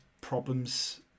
problems